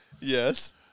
Yes